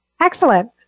Excellent